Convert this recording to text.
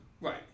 Right